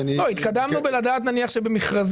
התקדמנו בזה שאנחנו יודעים שבמכרזים,